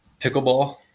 pickleball